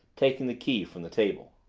taking the key from the table.